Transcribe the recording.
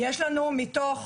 יש לנו מתוך